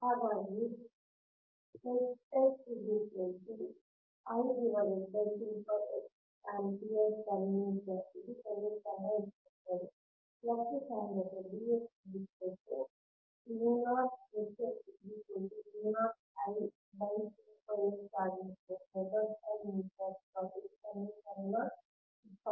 ಹಾಗಾಗಿ ampere per metre ಇದು ಸಮೀಕರಣ 22 ಫ್ಲಕ್ಸ್ ಸಾಂದ್ರತೆ ಆಗಿರುತ್ತದೆ ವೆಬರ್ ಪರ್ ಮೀಟರ್ ಇದು ಸಮೀಕರಣ 23